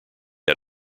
had